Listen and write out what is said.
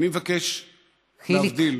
ואני מבקש להבדיל